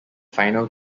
final